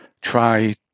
try